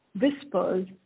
whispers